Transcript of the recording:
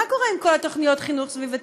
מה קורה עם כל התוכניות לחינוך סביבתי?